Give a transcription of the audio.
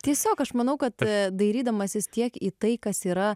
tiesiog aš manau kad dairydamasis tiek į tai kas yra